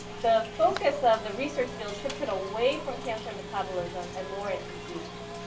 the focus of the research fields shifted away from cancer metabolism and more into genes.